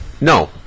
No